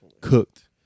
Cooked